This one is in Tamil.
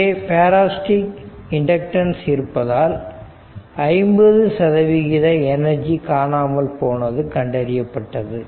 இங்கே பேராசிடிக் இண்டக்டன்ஸ் இருப்பதால் 50 சதவிகித எனர்ஜி காணாமல் போனது கண்டறியப்பட்டது